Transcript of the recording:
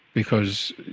because